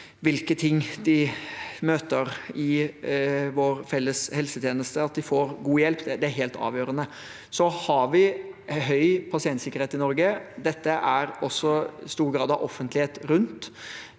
hvilke ting de møter i vår felles helsetjeneste, får de god hjelp, er helt avgjørende. Vi har høy pasientsikkerhet i Norge. Dette er det også stor grad av offentlighet rundt.